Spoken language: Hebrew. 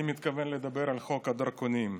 אני מתכוון לדבר על חוק הדרכונים,